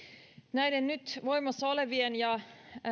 näiden nyt voimassa olevien ja